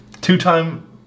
two-time